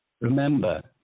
Remember